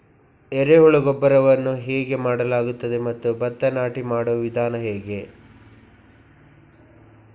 ಎರೆಹುಳು ಗೊಬ್ಬರವನ್ನು ಹೇಗೆ ಮಾಡಲಾಗುತ್ತದೆ ಮತ್ತು ಭತ್ತ ನಾಟಿ ಮಾಡುವ ವಿಧಾನ ಹೇಗೆ?